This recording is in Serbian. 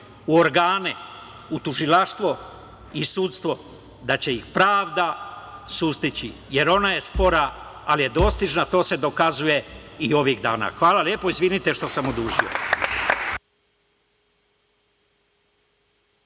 u organe, u tužilaštvo i sudstvo da će ih pravda sustići, jer ona je spora, ali je dostižna. To se dokazuje i ovih dana. Hvala lepo. Izvinite što sam odužio.